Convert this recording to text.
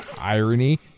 Irony